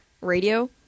Radio